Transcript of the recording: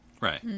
Right